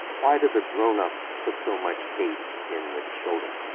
why do the grown ups put so much hate in the children?